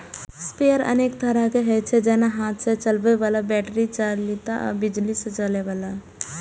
sprayer अनेक तरहक होइ छै, जेना हाथ सं चलबै बला, बैटरी चालित आ बिजली सं चलै बला